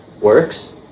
works